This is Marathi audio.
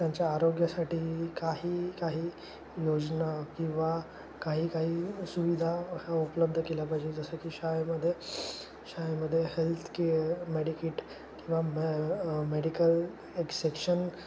त्यांच्या आरोग्यासाठी काही काही योजना किंवा काही काही सुविधा ह्या उपलब्ध केल्या पाहिजे जसं की शाळेमध्ये शाळेमध्ये हेल्थ केअर मेडिकिट किंवा मे मेडिकल एक्सेक्शन